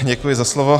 Děkuji za slovo.